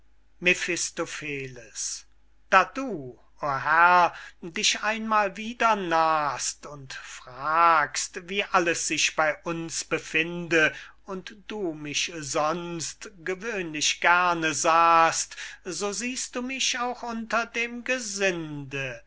da du o herr dich einmal wieder nahst und fragst wie alles sich bey uns befinde und du mich sonst gewöhnlich gerne sahst so siehst du mich auch unter dem gesinde